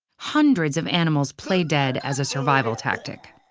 hundreds of animals play dead as a survival tactic.